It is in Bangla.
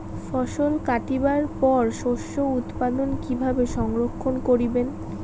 ফছল কাটিবার পর শস্য উৎপাদন কিভাবে সংরক্ষণ করিবেন?